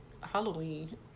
Halloween